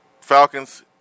Falcons